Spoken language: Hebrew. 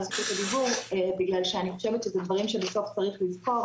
זכות הדיבור בגלל שאני חושבת שזה דברים שבסוף צריך לזכור,